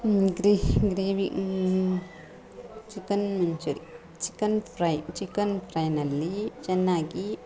grey gravy chicken manchurian chicken fry chicken ಫ್ರೈನಲ್ಲಿ ಚೆನ್ನಾಗಿ